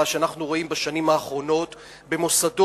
שאנחנו רואים בשנים האחרונות במוסדות,